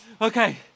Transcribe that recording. Okay